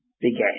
began